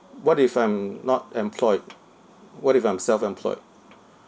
what if I'm not employed what if I'm self employed